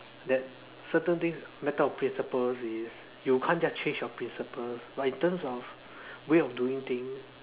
that certain things matter of principles is you can't just change your principles but in terms of way of doing things